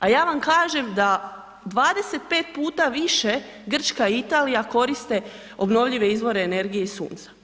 A ja vam kažem da 25 puta više Grčka i Italija koriste obnovljive izvore energije iz sunca.